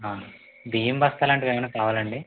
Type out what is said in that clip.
బియ్యం బస్తాలాంటివి ఏవైనా కావాలండి